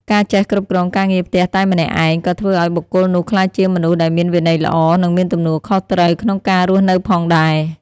ការចេះគ្រប់គ្រងការងារផ្ទះតែម្នាក់ឯងក៏ធ្វើឱ្យបុគ្គលនោះក្លាយជាមនុស្សដែលមានវិន័យល្អ និងមានទំនួលខុសត្រូវក្នុងការរស់នៅផងដែរ។